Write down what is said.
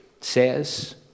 says